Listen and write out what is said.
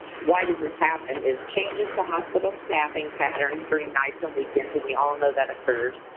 why does this happen is, changes to hospital staffing patterns during nights and weekends, and we all know that occurs.